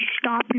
stop